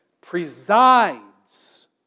presides